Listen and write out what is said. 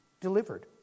delivered